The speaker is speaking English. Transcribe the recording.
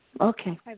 Okay